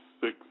six